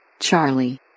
Charlie